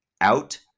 out